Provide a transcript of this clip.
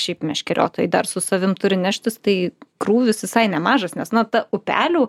šiaip meškeriotojai dar su savim turi neštis tai krūvis visai nemažas nes na upelių